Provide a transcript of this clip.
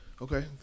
Okay